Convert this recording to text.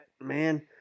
Man